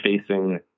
facing